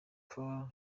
paul